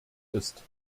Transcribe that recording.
ist